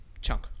chunk